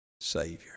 Savior